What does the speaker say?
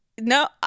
No